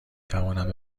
توانم